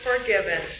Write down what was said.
forgiven